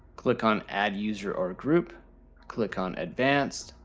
click on add user or group click on advanced,